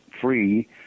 free